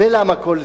למה כל זה?